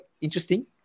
interesting